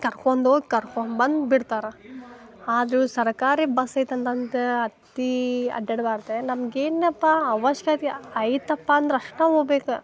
ಕರ್ಕೊಂಡು ಹೋಗಿ ಕರ್ಕೊಂಡ್ ಬಂದು ಬಿಡ್ತಾರೆ ಆದರೂ ಸರಕಾರಿ ಬಸ್ ಐತಿ ಅಂದು ಅತೀ ಅಡ್ಯಾಡ್ಬಾರ್ದು ನಮ್ಗೆ ಏನಪ್ಪಾ ಅವಶ್ಕತೆ ಐತಪ್ಪ ಅಂದ್ರೆ ಅಷ್ಟೇ ಹೋಬೇಕ್